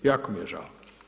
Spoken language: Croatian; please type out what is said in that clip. Jako mi je žao.